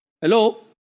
Hello